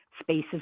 spaces